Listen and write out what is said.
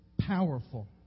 Powerful